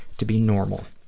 to be normal.